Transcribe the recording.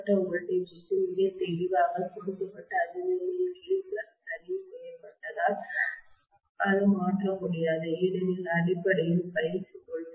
கொடுக்கப்பட்ட வோல்டேஜ்ஜிற்கு மிகத் தெளிவாக கொடுக்கப்பட்ட அதிர்வெண்ணின் கீழ் ஃப்ளக்ஸ் சரி செய்யப்பட்டதால் அதை மாற்ற முடியாது ஏனெனில் இது அடிப்படையில்∅E14